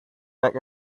back